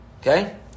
Okay